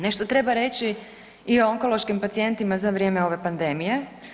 Nešto treba reći i o onkološkim pacijentima za vrijeme ove pandemije.